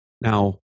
Now